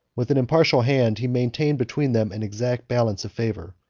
with an impartial hand he maintained between them an exact balance of favor,